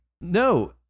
No